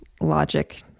logic